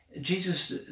Jesus